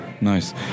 Nice